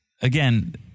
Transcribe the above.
again